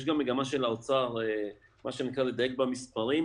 יש גם מגמה של האוצר מה שנקרא לדייק במספרים,